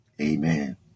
Amen